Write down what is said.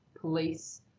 police